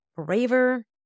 braver